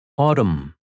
Autumn